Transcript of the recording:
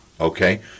okay